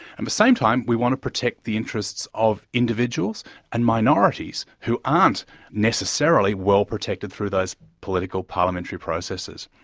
and the same time we want to protect the interests of individuals and minorities, who aren't necessarily well-protected through those political parliamentary processes.